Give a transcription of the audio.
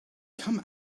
come